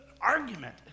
argument